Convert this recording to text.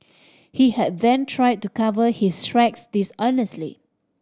he had then try to cover his tracks dishonestly